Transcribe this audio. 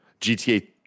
GTA